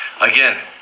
Again